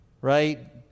right